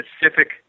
specific